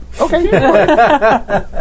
Okay